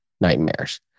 nightmares